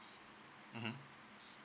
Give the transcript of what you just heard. mmhmm